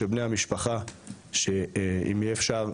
של בני המשפחה שאם יהיה אפשר,